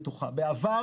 בעבר